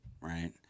Right